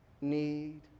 need